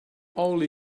only